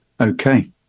Okay